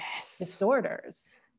disorders